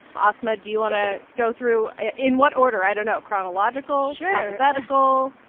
asma, do you want to go through in what order? i don't know. chronological? sure alphabetical?